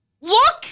Look